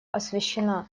освещена